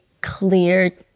clear